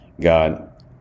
God